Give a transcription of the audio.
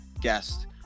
guest